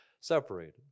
separated